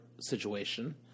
situation